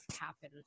happen